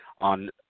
on